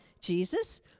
Jesus